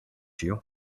you